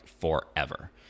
forever